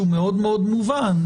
שהוא מאוד-מאוד מובן,